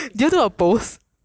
!wah! it's really so sad eh